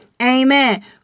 Amen